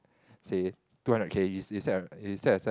say two hundred K you set ah you set aside